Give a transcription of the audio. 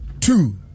two